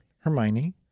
Hermione